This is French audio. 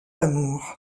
amour